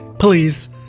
Please